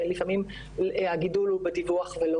שלפעמים הגידול הוא בדיווח ולא